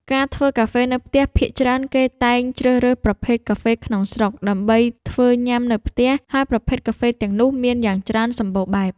ការធ្វើកាហ្វេនៅផ្ទះ ភាគច្រើនគេតែងជ្រើសរើសប្រភេទកាហ្វេក្នុងស្រុក ដើម្បីធ្វើញ៉ាំនៅផ្ទះ ហើយប្រភេទកាហ្វេទាំងនោះមានយ៉ាងច្រើនសម្បូរបែប។